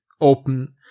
open